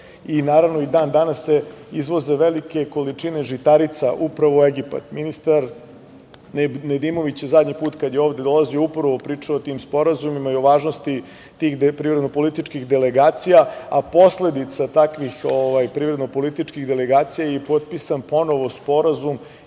i naravno i dan danas se izvoze velike količine žitarica upravo u Egipat. Ministar Nedimović zadnji put kada je ovde dolazio upravo pričao o tim sporazumima i o važnosti tih prirodno-političkih delegacija. Posledica takvih privredno-političkih delegacija je potpisan ponovo sporazum